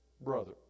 brother